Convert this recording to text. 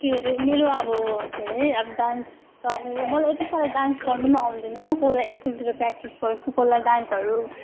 के हरे मेरो अब के हेरे अब डान्स त मेरो मलाई यति साह्रो डान्स गर्नु पनि आउँदैन कोही बेला स्कुलतिर प्रयाक्टिस गर्छु कोही बेला डान्सहरू